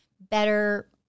Better